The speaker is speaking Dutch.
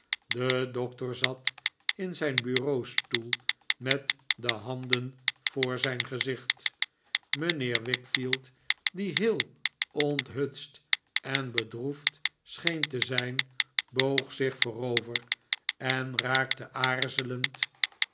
de doctor zat in zijn bureaustoel met de handen voor zijn gezicht mijnheer wickfield die heel onthutst en bedroefd scheen te zijn boog zich voorover en raakte aarzelend